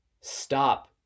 stop